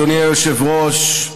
אדוני היושב-ראש,